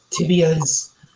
tibias